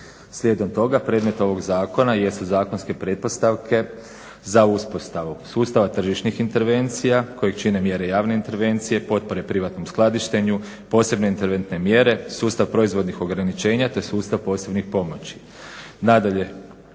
Slijedom toga predmet ovog zakona jesu zakonske pretpostavke za uspostavu sustava tržišnih intervencija kojeg čine mjere javne intervencije, potpore privatnom skladištenju, posebne interventne mjere, sustav proizvodnih ograničenja te sustav posebnih pomoći.